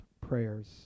prayers